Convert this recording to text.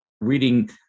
reading